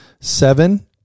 Seven